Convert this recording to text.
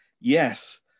Yes